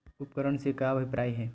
उपकरण से का अभिप्राय हे?